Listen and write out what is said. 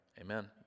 Amen